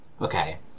Okay